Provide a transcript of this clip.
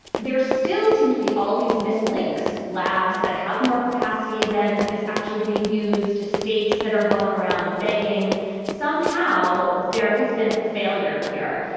there still seem to be all these missed links, labs that have more capacity than is actually being used. states that are going around begging somehow there has been a failure here.